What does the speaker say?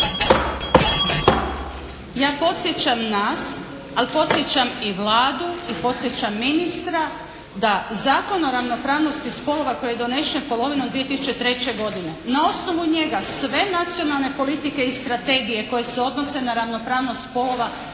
ja podsjećam nas, ali podsjećam i Vladu i podsjećam ministra da Zakon o ravnopravnosti spolova koji je donesen polovinom 2003. godine na osnovu njega sve nacionalne politike i strategije koje se odnose na ravnopravnost spolova,